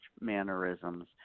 mannerisms